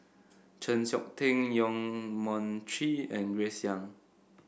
Chng Seok Tin Yong Mun Chee and Grace Young